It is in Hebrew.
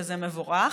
וזה מבורך,